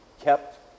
kept